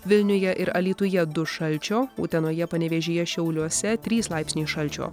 vilniuje ir alytuje du šalčio utenoje panevėžyje šiauliuose trys laipsniai šalčio